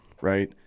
right